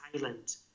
silent